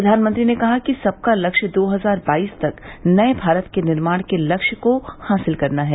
प्रधानमंत्री ने कहा कि सबका लक्ष्य दो हजार बाईस तक नये भारत के निर्माण के लक्ष्य को हासिल करना है